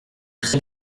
très